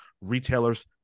retailers